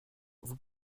vous